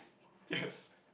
yes